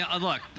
look